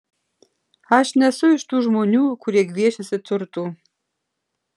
aš nesu iš tų žmonių kurie gviešiasi turtų